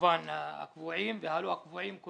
כמובן היישובים הקבועים ואלה שהם לא קבועים.